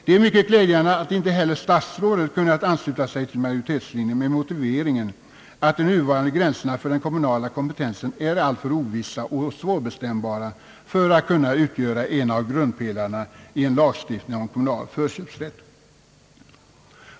Det är mycket glädjande att inte heller statsrådet kunnat ansluta sig till majoritetslinjen, med motiveringen att de nuvarande gränserna för den kommunala kompetensen är alltför ovissa och svårbestämbara för att kunna utgöra en av grundpelarna i en lagstiftning om kommunal förköpsrätt.